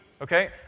Okay